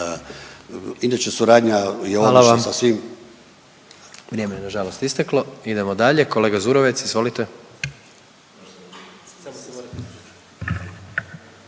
Gordan (HDZ)** Hvala vam. Vrijeme je nažalost isteklo. Idemo dalje. Kolega Zurovec, izvolite.